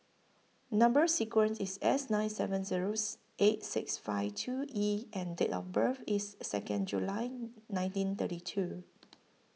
Number sequence IS S nine seven zeros eight six five two E and Date of birth IS Second July nineteen thirty two